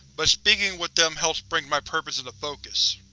but speaking with them helps bring my purpose into focus.